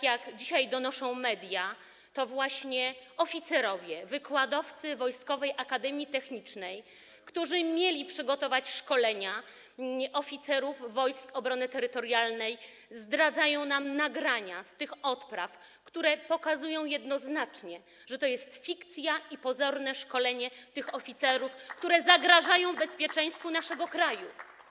Jak donoszą dzisiaj media, to właśnie oficerowie, wykładowcy Wojskowej Akademii Technicznej, którzy mieli przygotować szkolenia oficerów Wojsk Obrony Terytorialnej, zdradzają nam nagrania z tych odpraw, które pokazują jednoznacznie, że to jest fikcja i pozorne szkolenie tych oficerów, co zagraża bezpieczeństwu naszego kraju.